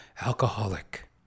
alcoholic